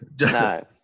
No